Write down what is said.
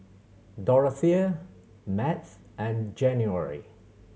Dorathea Math and January